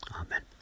Amen